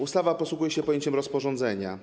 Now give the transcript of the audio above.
Ustawa posługuje się pojęciem rozporządzenia.